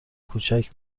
کوچک